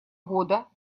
года